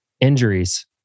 injuries